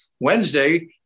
Wednesday